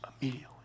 immediately